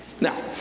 Now